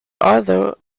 although